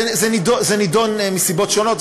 זה נדון מסיבות שונות.